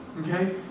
Okay